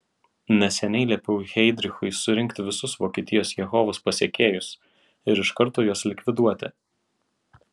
neseniai liepiau heidrichui surinkti visus vokietijos jehovos pasekėjus ir iš karto juos likviduoti